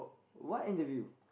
what interview